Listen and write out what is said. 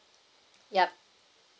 yup